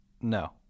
No